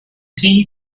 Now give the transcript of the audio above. tea